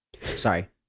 Sorry